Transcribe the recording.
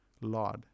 Lord